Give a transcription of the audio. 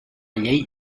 llei